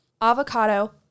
avocado